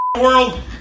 world